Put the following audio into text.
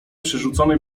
przerzuconej